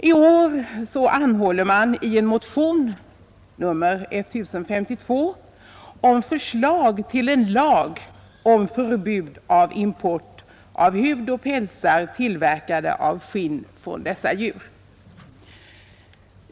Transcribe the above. I år anhåller man i en motion, nr 1052, om förslag till en lag om förbud mot import av hud och pälsar tillverkade av skinn från dessa djur.